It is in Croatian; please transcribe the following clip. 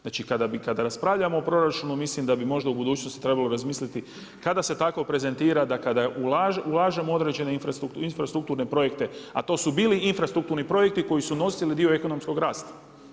Znači, kada raspravljamo o proračunu mislim da bi možda u budućnosti trebalo razmisliti kada se tako prezentira da kada ulažemo u određene infrastrukturne projekte, a to su bili infrastrukturni projekti koji su nosili dio ekonomskog rasta.